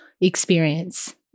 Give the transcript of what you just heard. experience